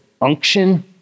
unction